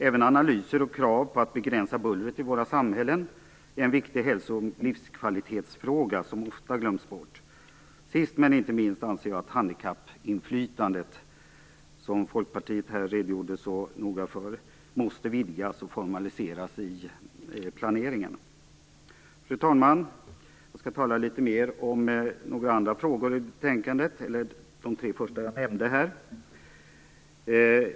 Även analyser och krav på att begränsa bullret i våra samhällen är en viktig hälso och livskvalitetsfråga som ofta glöms bort. Sist men inte minst anser jag att handikappinflytandet, som folkpartisten i debatten så noga redogjorde för, måste vidgas och formaliseras i planeringen. Fru talman! Jag skall tala litet mer om några andra saker i betänkandet, nämligen de tre första som jag nämnde.